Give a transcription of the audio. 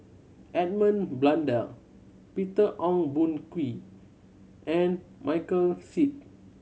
Edmund Blundell Peter Ong Boon Kwee and Michael Seet